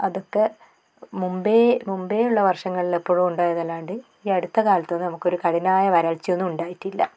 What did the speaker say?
അതക്കെ മുൻപെ മുൻപെ ഉള്ള വർഷങ്ങളിലെപ്പൊഴോ ഉണ്ടായതല്ലാണ്ട് ഈ അടുത്ത കാലത്തൊന്നും നമക്കൊരു കഠിനമായ വരൾച്ച ഒന്നും ഉണ്ടായിട്ടില്ല